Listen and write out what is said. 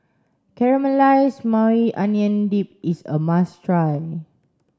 Caramelized Maui Onion Dip is a must try